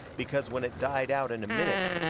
because when it died out in a minute,